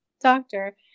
doctor